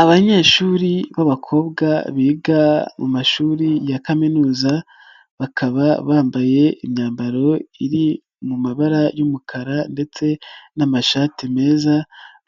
Abanyeshuri b'abakobwa biga mu mashuri ya kaminuza bakaba bambaye imyambaro iri mu mabara y'umukara ndetse n'amashati meza,